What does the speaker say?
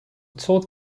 taught